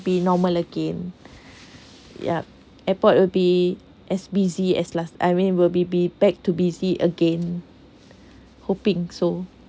be normal again yup airport will be as busy as last I mean will be be back to busy again hoping so